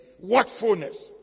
watchfulness